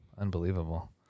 Unbelievable